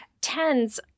tens